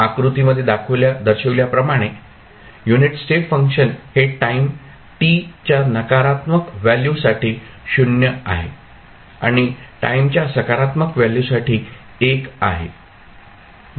आकृतीमध्ये दर्शविल्याप्रमाणे unit step function हे टाईम 't' च्या नकारात्मक व्हॅल्यू साठी 0 आहे आणि टाईमच्या सकारात्मक व्हॅल्यूसाठी 1 आहे